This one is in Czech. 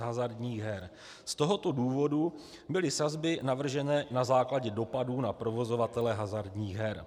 Z tohoto důvodu byly sazby navržené na základě dopadů na provozovatele hazardních her.